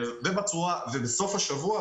בסוף השבוע,